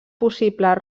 possibles